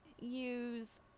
use